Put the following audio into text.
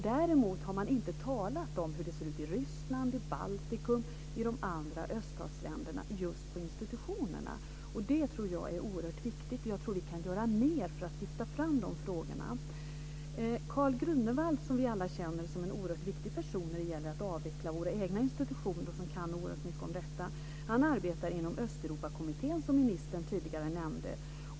Däremot har man inte talat om hur institutionerna ser ut i Ryssland, i Baltikum och i de andra öststatsländerna. Det tror jag är oerhört viktigt. Och jag tror att vi kan göra mer för att lyfta fram de frågorna. Karl Grünewald, som vi alla känner som en oerhört viktig person när det gäller att avveckla våra egna institutioner och som kan oerhört mycket om detta, arbetar inom Östeuropakommittén, som ministern tidigare nämnde.